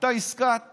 הייתה עסקת